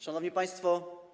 Szanowni Państwo!